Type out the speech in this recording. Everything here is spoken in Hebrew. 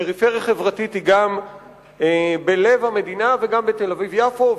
פריפריה חברתית היא גם בלב המדינה וגם בתל-אביב יפו,